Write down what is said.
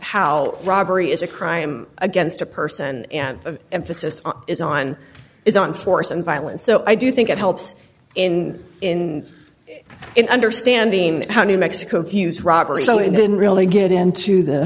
how robbery is a crime against a person of emphasis is on is on force and violence so i do think it helps in in understanding how new mexico views roberts so it didn't really get into the